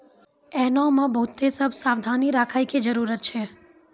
एहनो मे बहुते सभ सावधानी राखै के जरुरत छै